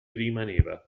rimaneva